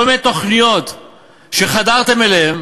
כל מיני תוכניות שחדרתם אליהן